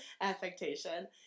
affectation